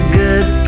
good